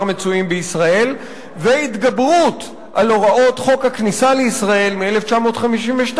מצויים בישראל והתגברות על הוראות חוק הכניסה לישראל מ-1952,